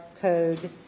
Code